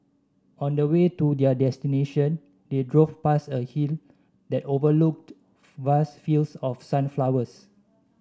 on the way to their destination they drove past a hill that overlooked vast fields of sunflowers